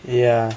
ya